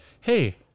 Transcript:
hey